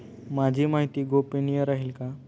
माझी माहिती गोपनीय राहील का?